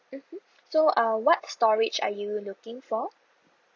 mmhmm so uh what storage are you looking for